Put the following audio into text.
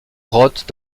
grottes